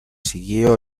siguió